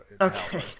Okay